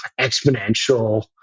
exponential